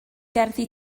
gerddi